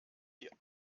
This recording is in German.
die